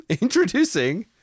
Introducing